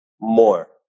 more